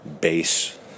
base